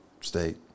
State